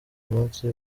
munsi